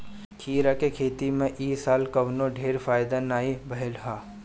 खीरा के खेती में इ साल कवनो ढेर फायदा नाइ भइल हअ